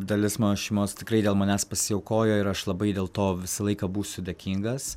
dalis mano šeimos tikrai dėl manęs pasiaukojo ir aš labai dėl to visą laiką būsiu dėkingas